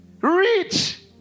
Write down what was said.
rich